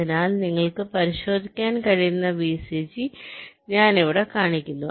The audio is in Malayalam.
അതിനാൽ നിങ്ങൾക്ക് പരിശോധിക്കാൻ കഴിയുന്ന വിസിജി ഞാൻ ഇവിടെ കാണിക്കുന്നു